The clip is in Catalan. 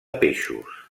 peixos